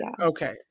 Okay